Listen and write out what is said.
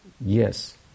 yes